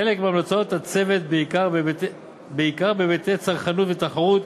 חלק מהמלצות הצוות, בעיקר בהיבטי צרכנות ותחרות,